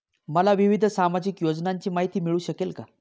मला विविध सामाजिक योजनांची माहिती मिळू शकेल का?